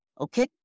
okay